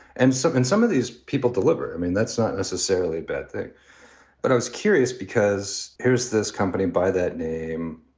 and so in some of these people deliver. i mean, that's not necessarily a bad thing but i was curious because here's this company by that name,